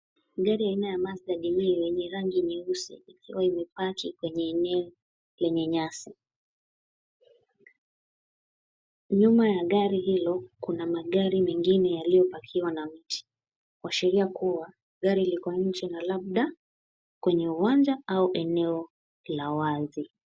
Gari ya aina ya Mazda demio yenye rangi nyeusi ikiwa imepaki kwenye eneo yenye nyasi. Nyuma ya gari hilo kuna magari mengine yaliyo pakiwa na mti kuashiria kua gari liko nje na labda kwenye uwanja au eneo la wazi.